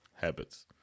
habits